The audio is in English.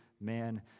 man